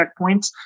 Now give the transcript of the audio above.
checkpoints